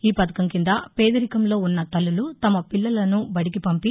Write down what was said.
ఈ పథకం కింద పేదరికంలో వున్న తల్లులు తమ పిల్లలను బడికి పంపి